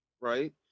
Right